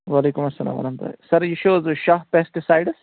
وعلیکُم اسلام ورحمتُہ اللہِ سر یہِ چھِ حظ تُہۍ شاہ پٮ۪سٹِسایڈٕس